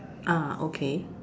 ah okay